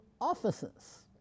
offices